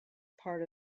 part